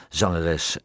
zangeres